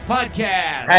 Podcast